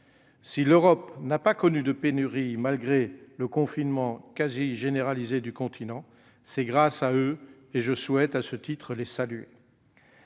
Si l'Europe n'a pas connu de pénurie, malgré le confinement pratiquement généralisé du continent, c'est grâce à eux ! Je souhaite, à ce titre, les saluer.